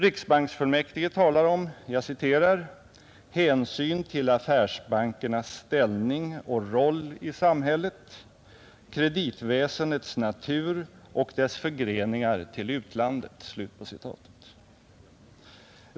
Riksbanksfullmäktige talar om ”hänsyn till affärsbankernas ställning och roll i samhället, kreditväsendets natur och dess förgreningar till utlandet”.